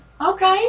Okay